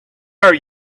are